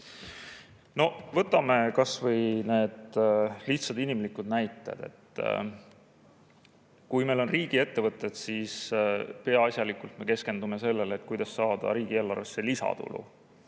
Võtame kas või selle lihtsa inimliku näite. Kui meil on riigiettevõtted, siis peaasjalikult me keskendume sellele, kuidas saada riigieelarvesse lisatulu.